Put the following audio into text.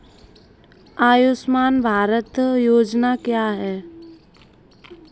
आयुष्मान भारत योजना क्या है?